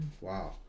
Wow